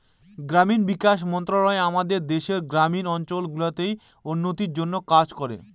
গ্রামীণ বিকাশ মন্ত্রণালয় আমাদের দেশের গ্রামীণ অঞ্চল গুলার উন্নতির জন্যে কাজ করে